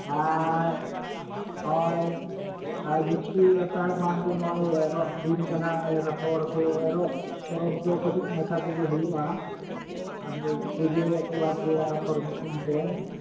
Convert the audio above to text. ᱟᱨ ᱱᱚᱜᱚᱭ ᱡᱩᱥᱴᱤ ᱟᱥᱟᱲ ᱢᱟᱥ ᱫᱚ ᱮᱨᱚᱜ ᱫᱤᱱ ᱠᱟᱱᱟ ᱮᱨᱟᱯᱷᱚᱨ ᱠᱚ ᱮᱨᱚᱜ ᱯᱚᱨᱚᱵᱽ ᱫᱚ ᱠᱟᱴᱤᱡ ᱢᱟᱪᱷᱟ ᱛᱮᱜᱮ ᱦᱩᱭᱩᱜᱼᱟ ᱯᱩᱡᱟᱹᱭᱟᱠᱚ ᱟᱨᱠᱤ ᱮᱨ ᱟᱯᱷᱚᱨ ᱧᱩᱛᱩᱢ ᱛᱮ